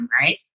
right